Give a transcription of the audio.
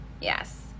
Yes